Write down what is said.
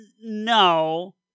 No